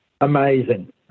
Amazing